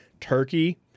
Turkey